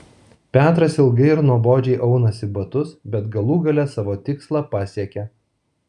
petras ilgai ir nuobodžiai aunasi batus bet galų gale savo tikslą pasiekia